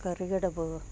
ಕರಿಗಡುಬು